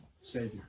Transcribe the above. Savior